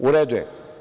U redu je.